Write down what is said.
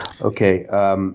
Okay